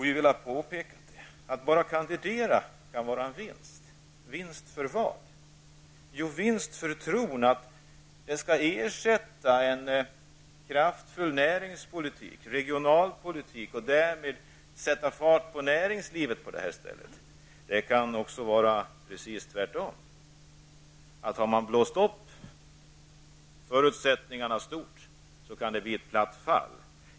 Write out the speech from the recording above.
Vi vill påpeka att det kan vara en vinst bara att kandidera i tron att man skall ersätta en kraftfull närings och regionalpolitik och därmed sätta fart på näringslivet på orten. Det kan också vara precis tvärtom: Har man blåst upp förutsättningarna för stort kan det bli platt fall.